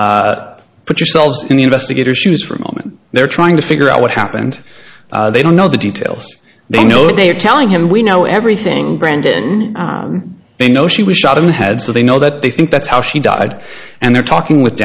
it put yourselves in the investigator shoes for a moment there trying to figure out what happened they don't know the details they know they are telling him we know everything brendon they know she was shot in the head so they know that they think that's how she died and they're talking with